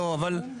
פרשנות.